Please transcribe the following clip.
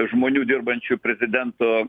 žmonių dirbančių prezidento